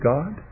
God